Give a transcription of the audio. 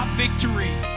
victory